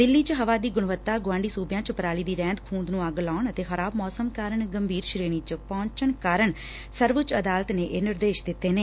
ਦਿੱਲੀ ਚ ਹਵਾ ਦੀ ਗੁਣੱਵਤਾ ਗੁਆਂਢੀ ਸੁਬਿਆਂ ਚ ਪਰਾਲੀ ਦੀ ਰਹਿੰਦ ਖੁੰਹਦ ਨੂੰ ਅੱਗ ਲਾਉਣ ਅਤੇ ਖਰਾਬ ਮੌਸਮ ਕਾਰਨ ਗੰਭੀਰ ਸ਼ੇਣੀ ਚ ਪਹੰਚਣ ਕਾਰਨ ਸਵਰਉੱਚ ਅਦਾਲਤ ਨੇ ਇਹ ਨਿਰਦੇਸ਼ ਦਿੱਤੇ ਨੇ